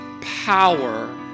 power